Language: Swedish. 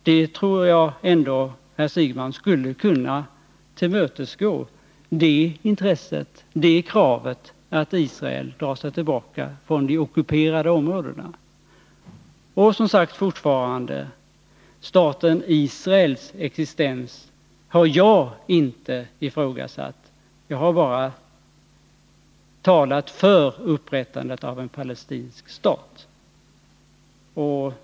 Jag tror ändå att herr Siegbahn skulle kunna tillmötesgå det kravet att Israel skall dra sig tillbaka från de ockuperade områdena. Staten Israels existens har jag, som sagt, inte ifrågasatt. Jag har bara talat för upprättandet av en palestinsk stat.